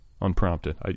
Unprompted